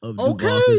Okay